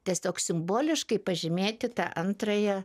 tiesiog simboliškai pažymėti tą antrąją